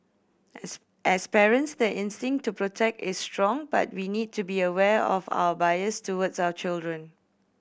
as as parents the instinct to protect is strong but we need to be aware of our biases towards our children